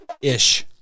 Ish